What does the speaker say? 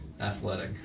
athletic